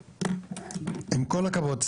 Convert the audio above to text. עם כל הכבוד,